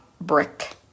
brick